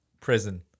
Prison